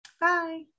Bye